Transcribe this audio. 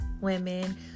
women